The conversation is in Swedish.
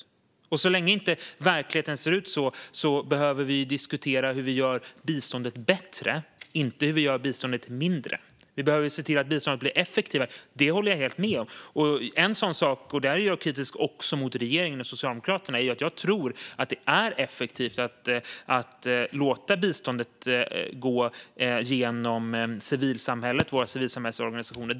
Och så länge inte verkligheten ser ut så behöver vi diskutera hur vi gör biståndet bättre, inte hur vi gör biståndet mindre. Vi behöver se till att biståndet blir effektivare - det håller jag helt med om. Och en sådan sak - och där är jag kritisk också mot regeringen och Socialdemokraterna - är att jag tror att det är effektivt att låta biståndet gå genom civilsamhället, våra civilsamhällesorganisationer.